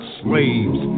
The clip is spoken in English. slaves